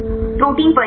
protein परिसरों